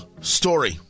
story